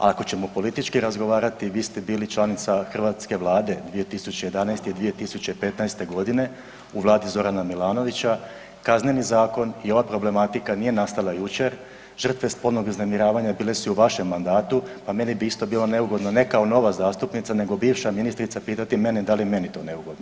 Ako ćemo politički razgovarati, vi ste bili članica hrvatske Vlade 2011.-2015.g. u vladi Zorana Milanovića Kazneni zakon i ova problematika nije nastala jučer, žrtve spolnog uznemiravanja bile su i u vašem mandatu, pa meni bi isto bilo neugodno ne kao nova zastupnica nego bivša ministrica pitati mene da li je meni to neugodno.